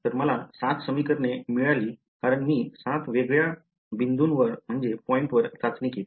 तर मला 7 समीकरणे मिळाली कारण मी 7 वेगवेगळ्या बिंदूंवर चाचणी केली